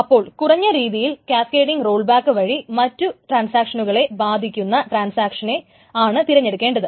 അപ്പോൾ കുറഞ്ഞ രീതിയിൽ ക്യാസ്കേഡിങ് റോൾബാക്ക് വഴി മറ്റു ട്രാൻസാക്ഷനുകളെ ബാധിക്കുന്ന ട്രാൻസാക്ഷനിനെ ആണ് തിരഞ്ഞെടുക്കേണ്ടത്